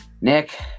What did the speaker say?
Nick